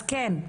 אז כן.